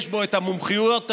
יש בו את המומחיויות השונות,